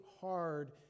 hard